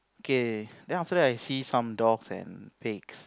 okay then after that I see some dogs and pigs